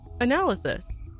Analysis